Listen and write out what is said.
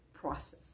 process